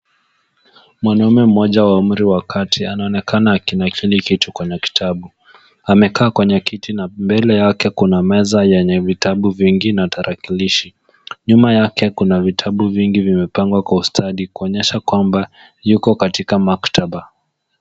Mwanamume mmoja wa umri wa kati anaonekana akinakili kitu kwenye kitabu. Amekaa kwenye kiti na mbele yake kuna meza yenye vitabu vingi na tarakilishi. Nyuma yake kuna vitabu vingi vimepangwa kwa ustadi kuonyesha kwamba, yuko katika maktaba.